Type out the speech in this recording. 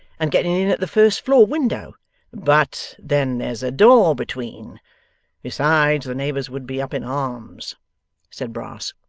and getting in at the first-floor window but then there's a door between besides, the neighbours would be up in arms said brass.